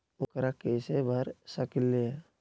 ऊकरा कैसे भर सकीले?